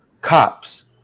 cops